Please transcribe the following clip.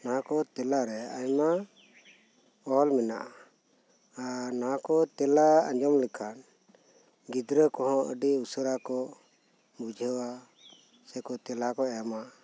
ᱚᱱᱟ ᱠᱚ ᱛᱮᱞᱟᱨᱮ ᱟᱭᱢᱟ ᱚᱞ ᱢᱮᱱᱟᱜᱼᱟ ᱟᱨ ᱱᱚᱶᱟ ᱠᱚ ᱛᱮᱞᱟ ᱟᱸᱡᱚᱢ ᱞᱮᱠᱷᱟᱱ ᱜᱤᱫᱽᱨᱟᱹ ᱠᱚᱦᱚᱸ ᱟᱰᱤ ᱩᱥᱟᱹᱨᱟ ᱠᱚ ᱵᱩᱡᱷᱟᱹᱣᱚᱜᱼᱟ ᱥᱮᱠᱚ ᱛᱮᱞᱟ ᱠᱚ ᱮᱢᱟ